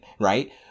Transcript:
right